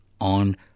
on